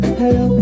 hello